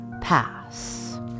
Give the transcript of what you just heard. pass